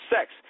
sex